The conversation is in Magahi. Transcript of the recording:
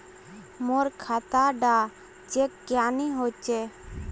मोर खाता डा चेक क्यानी होचए?